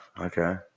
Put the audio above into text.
Okay